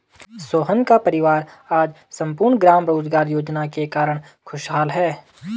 सोहन का परिवार आज सम्पूर्ण ग्राम रोजगार योजना के कारण खुशहाल है